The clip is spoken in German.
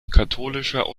katholischer